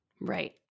Right